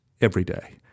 everyday